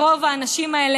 ורוב האנשים האלה,